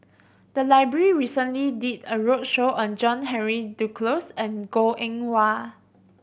the library recently did a roadshow on John Henry Duclos and Goh Eng Wah